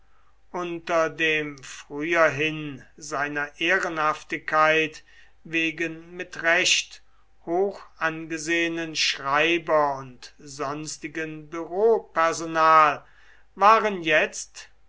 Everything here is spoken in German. unter dem früherhin seiner ehrenhaftigkeit wegen mit recht hoch angesehenen schreiber und sonstigen büropersonal waren jetzt